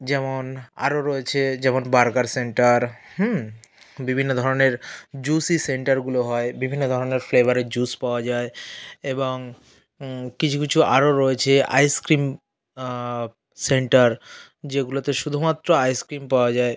যেমন আরও রয়েছে যেমন বার্গার সেন্টার হুম বিভিন্ন ধরনের জুসি সেন্টারগুলো হয় বিভিন্ন ধরনের ফ্লেবারের জুস পাওয়া যায় এবং কিছু কিছু আরো রয়েছে আইসক্রিম সেন্টার যেগুলোতে শুধুমাত্র আইসক্রিম পাওয়া যায়